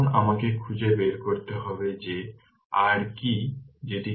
এখন আমাকে খুঁজে বের করতে হবে যে r কী যেটিকে R r R2 বলে